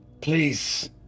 please